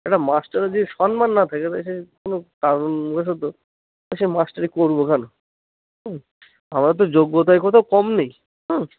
একটা মাস্টারের যদি সম্মান না থাকে তাহলে সে কোনো কারণ বশত তা সে মাস্টারি করব কেন হুম আমার তো যোগ্যতায় কোথাও কম নেই হুম